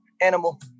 animal